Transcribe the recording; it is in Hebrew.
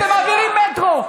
אתם מעבירים מטרו,